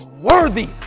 worthy